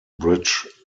bridge